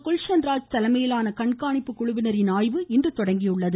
குல்ஷன் ராஜ் தலைமையிலான கண்காணிப்பு குழுவினாின் ஆய்வு இன்று தொடங்கியது